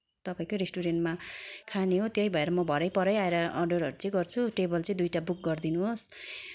तपाईँकै रेस्टुरेन्टमा खाने हो त्यही भएर म भरै परै आएर अर्डरहरू चाहिँ गर्छु टेबल चाहिँ दुइटा बुक गरिदिनुहोस्